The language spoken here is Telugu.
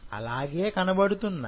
అలాగే కనబడుతున్నాయి